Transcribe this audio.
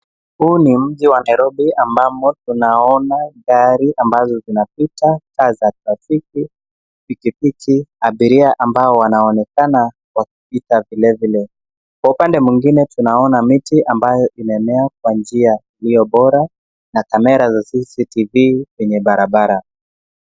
Huu ni mji wa Nairobi ambamo tunaona gari ambazo zinapita, taa za trafiki, pikipiki, abiria ambao wanaonekana wakipita vile vile. Kwa upande mwingine tunaona miti ambayo imemea kwa njia iliyo bora na kamera za CCTV kwenye barabara.